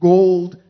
Gold